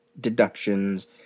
deductions